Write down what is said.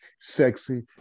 sexy